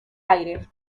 aire